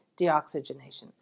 deoxygenation